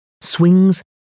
Swings